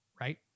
right